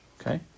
okay